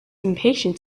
impatient